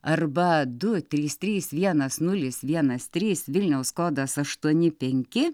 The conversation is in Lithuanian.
arba du trys trys vienas nulis vienas trys vilniaus kodas aštuoni penki